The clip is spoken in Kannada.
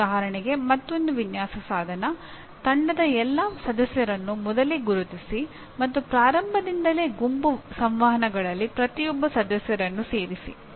ಉದಾಹರಣೆಗೆ ಮತ್ತೊಂದು ವಿನ್ಯಾಸ ಸಾಧನ ತಂಡದ ಎಲ್ಲ ಸದಸ್ಯರನ್ನು ಮೊದಲೇ ಗುರುತಿಸಿ ಮತ್ತು ಪ್ರಾರಂಭದಿಂದಲೇ ಗುಂಪು ಸಂವಹನಗಳಲ್ಲಿ ಪ್ರತಿಯೊಬ್ಬ ಸದಸ್ಯರನ್ನು ಸೇರಿಸಿ